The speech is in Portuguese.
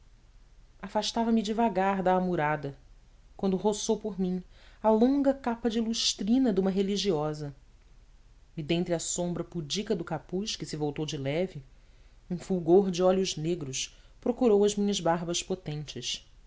religião afastava me devagar da amurada quando roçou por mim a longa capa de lustrina de uma religiosa e dentre a sombra pudica do capuz que se voltou de leve um fulgor de olhos negros procurou as minhas barbas potentes